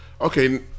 Okay